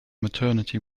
maternity